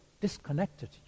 disconnected